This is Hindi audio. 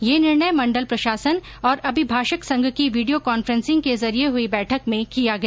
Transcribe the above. यह निर्णय मंडल प्रशासन और अभिभाषक संघ की वीडियो कांफ्रेंसिंग के जरिए हुई बैठक में किया गया